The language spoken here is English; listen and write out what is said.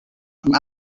from